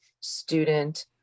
student